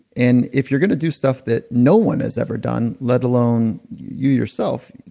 and if you're gonna do stuff that no one has ever done, let alone you yourself,